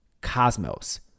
Cosmos